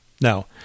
Now